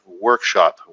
workshop